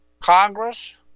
Congress